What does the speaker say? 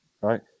right